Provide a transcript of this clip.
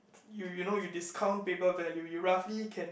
you you know you discount paper value you roughly can